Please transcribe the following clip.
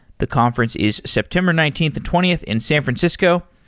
the conference is september nineteenth and twentieth in san francisco.